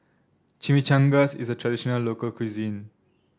chimichangas is a traditional local cuisine